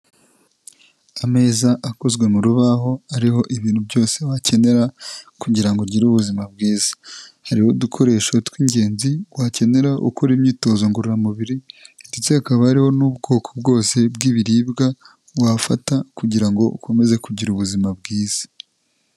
Ameza akozwe mu rubaho ariho ibintu byose wakenera kugira ngo ugire ubuzima bwiza. Hariho udukoresho tw'ingenzi wakenera ukora imyitozo ngororamubiri ndetse hakaba hariho n'ubwoko bwose bw'ibiribwa wafata kugira ngo ukomeze kugira ubuzima bwiza.